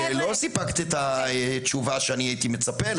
לא סיפקת את התשובה שאני הייתי מצפה לה.